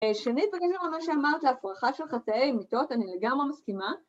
שנית בקשר למה שאמרת, להפרחה של חצי אמיתות, אני לגמרי מסכימה